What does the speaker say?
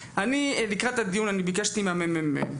לקראת הדיון אני ביקשתי מהממ"מ.